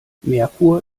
merkur